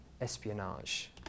espionage